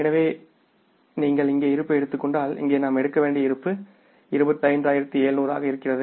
எனவே நீங்கள் இங்கே இருப்பை எடுத்துக் கொண்டால் இங்கே நாம் எடுக்க வேண்டிய இருப்பு 25700 ஆக வருகிறது